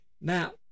Now